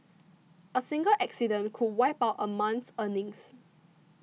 a single accident could wipe out a month's earnings